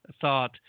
thought